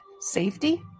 Safety